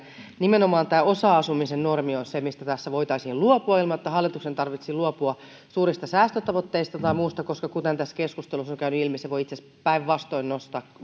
nimenomaan tämä osa asumisen normi on se mistä tässä voitaisiin luopua ilman että hallituksen tarvitsee luopua suurista säästötavoitteista tai muusta koska kuten tässä keskustelussa on käynyt ilmi se voi itse asiassa päinvastoin